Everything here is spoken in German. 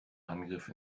angriff